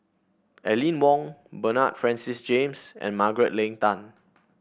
Aline Wong Bernard Francis James and Margaret Leng Tan